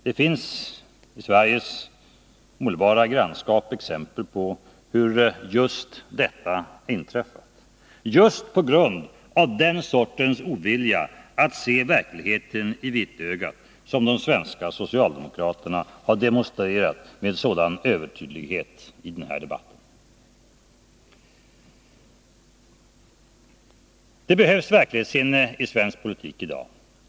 Det finns i Sveriges omedelbara grannskap exempel på hur just detta inträffat, just på grund av den sortens ovilja att se verkligheten i vitögat som de svenska socialdemokraterna med sådan övertydlighet har demonstrerat i den här debatten. Det behövs verklighetssinne i svensk politik i dag.